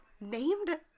named